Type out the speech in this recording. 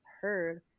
heard